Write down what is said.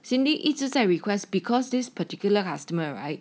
cindy 一直在 request because this particular customer right